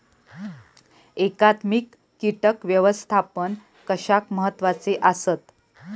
एकात्मिक कीटक व्यवस्थापन कशाक महत्वाचे आसत?